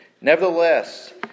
Nevertheless